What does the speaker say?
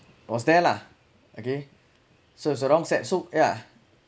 was there lah okay so it's the wrong set so yeah